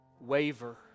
waver